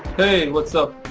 hey whatsapp,